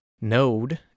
Node